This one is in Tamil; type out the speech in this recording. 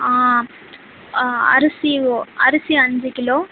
ஆ அரிசி ஓ அரிசி அஞ்சு கிலோ